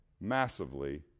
massively